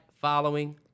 following